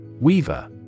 Weaver